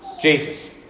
Jesus